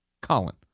Colin